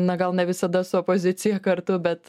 na gal ne visada su opozicija kartu bet